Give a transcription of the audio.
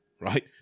right